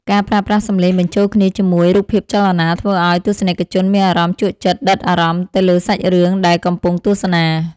ការប្រើប្រាស់សំឡេងបញ្ចូលគ្នាជាមួយរូបភាពចលនាធ្វើឱ្យទស្សនិកជនមានអារម្មណ៍ជក់ចិត្តដិតអារម្មណ៍ទៅលើសាច់រឿងដែលកំពុងទស្សនា។